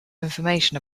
information